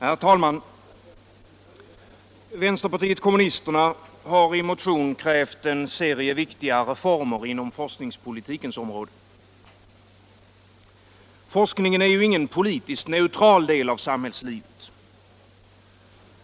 Herr talman! Vänsterpartiet kommunisterna har i motion krävt en serie viktiga reformer inom forskningspolitikens område. Forskningen är ingen politiskt neutral del av samhällslivet.